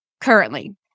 currently